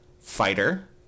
Fighter